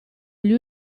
gli